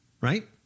Right